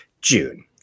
June